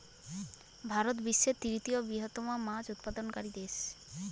ভারত বিশ্বের তৃতীয় বৃহত্তম মাছ উৎপাদনকারী দেশ